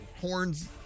horns